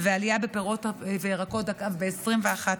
ועלייה בפירות וירקות ב-21%,